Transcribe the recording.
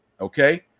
okay